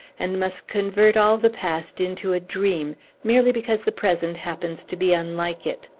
and must convert all the past into a dream merely because the present happens to be unlike it.